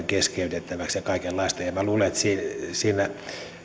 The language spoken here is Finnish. keskeytettäväksi ja kaikenlaista minä luulen että se on